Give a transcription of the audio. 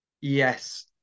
yes